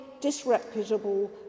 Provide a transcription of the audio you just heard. disreputable